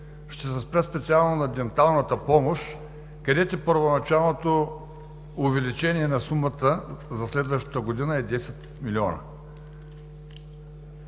Ще се спра специално на денталната помощ, където първоначалното увеличение на сумата за следващата година е 10 милиона.